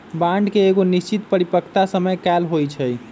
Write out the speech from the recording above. bond के एगो निश्चित परिपक्वता समय काल होइ छइ